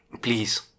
Please